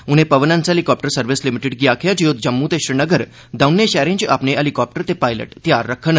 उनें Pawan Hans helicopter service limited गी आखेआ जे ओह् जम्मू ते श्रीनगर दौनें षैह्रें च अपने हैलीकाप्टर ते पायलट तैनात रक्खन